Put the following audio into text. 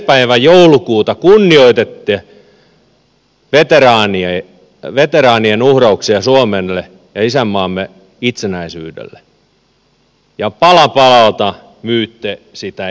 päivä joulukuuta kunnioititte veteraanien uhrauksia suomelle ja isänmaamme itsenäisyydelle ja pala palalta myytte sitä eteenpäin